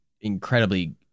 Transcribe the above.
incredibly